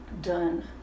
done